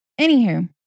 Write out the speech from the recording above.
Anywho